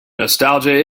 nostalgia